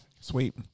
Sweet